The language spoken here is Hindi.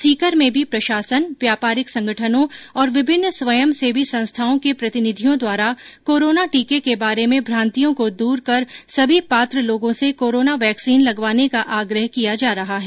सीकर में भो प्रशासन व्यापारिक संगठनों और विभिन्न स्वयं सेवी संस्थाओं के प्रतिनिधियों द्वारा कोरोना टीके के बारे में भ्रांतियों को दूर कर सभी पात्र लोगों से कोरोना वैक्सिन लगवाने का आग्रह किया जा रहा है